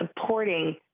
supporting